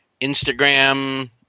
Instagram